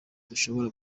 dushobora